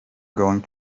going